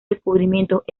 descubrimientos